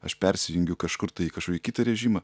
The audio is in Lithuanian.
aš persijungiu kažkur į kažkokį kitą režimą